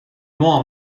ment